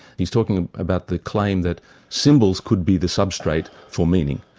he's talking about the claim that symbols could be the substrate for meaning,